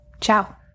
Ciao